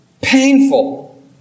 Painful